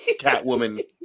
Catwoman